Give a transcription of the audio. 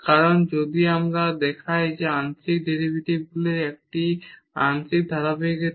কারণ যদি আমরা দেখি যে আংশিক ডেরিভেটিভগুলির একটিই হল আংশিক ধারাবাহিকতা